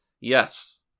yes